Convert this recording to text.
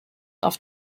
auf